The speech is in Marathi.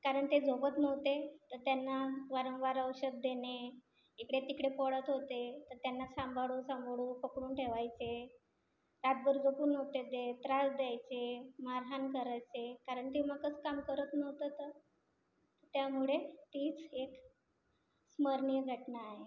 कारण ते झोपत नव्हते तर त्यांना वारंवार औषध देणे इकडे तिकडे पळत होते तर त्यांना सांभाळू सांभाळू पकडून ठेवायचे रात्रभर बसून होते ते त्रास द्यायचे मारहाण करायचे कारण दिमागच काम करत नव्हतं तर त्यामुळे तीच एक स्मरणीय घटना आहे